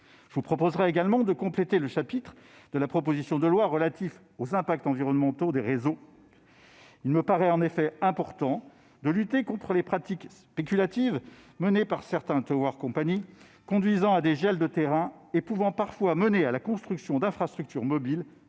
Je proposerai également de compléter le chapitre de la proposition de loi relatif aux impacts environnementaux des réseaux. Il me paraît en effet important de lutter contre les pratiques spéculatives qui sont celles de certaines, engendrant des gels de terrains et, parfois, la construction d'infrastructures mobiles